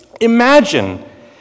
Imagine